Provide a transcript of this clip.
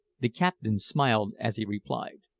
the captain smiled as he replied,